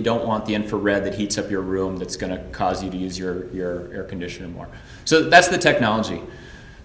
don't want the infrared that heats up your room that's going to cause you to use your air conditioner more so that's the technology